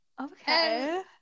Okay